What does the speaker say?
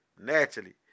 naturally